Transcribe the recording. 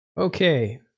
Okay